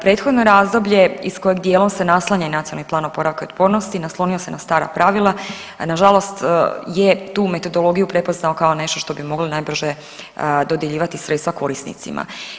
Prethodno razdoblje iz kojeg dijelom se i naslanja i Nacionalni plan oporavka i otpornosti naslonio se na stara pravila, a na žalost je tu metodologiju prepoznao kao nešto što bi moglo najbrže dodjeljivati sredstva korisnicima.